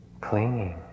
Clinging